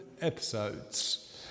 episodes